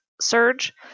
surge